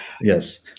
yes